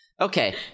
Okay